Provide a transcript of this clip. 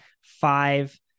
five